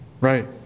Right